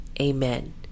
Amen